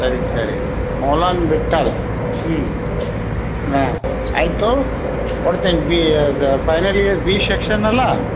ಸರಿ ಸರಿ ಮೌಲಾನ್ ಬಿಟ್ಟಾಲ್ ಹ್ಞೂ ಹಾಂ ಆಯಿತು ಕೊಡ್ತೀನಿ ಬಿ ಅದು ಫೈನಲ್ ಇಯರ್ ಬಿ ಶೆಕ್ಷನ್ ಅಲ್ಲಾ